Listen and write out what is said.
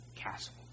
castle